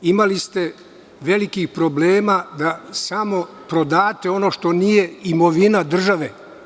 Imali ste velikih problema da samo prodate ono što nije imovina države.